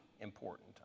important